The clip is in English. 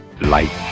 Light